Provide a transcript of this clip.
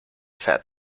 fair